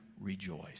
rejoice